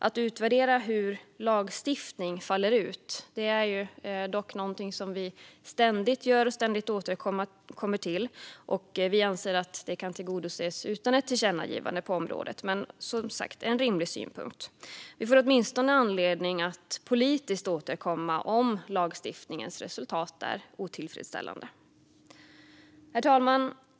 Att utvärdera hur lagstiftning faller ut är dock någonting som vi ständigt gör och ständigt återkommer till. Vi anser att detta kan tillgodoses utan ett tillkännagivande på området, men det är som sagt en rimlig synpunkt. Vi får åtminstone anledning att politiskt återkomma om lagstiftningens resultat är otillfredsställande. Herr talman!